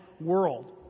world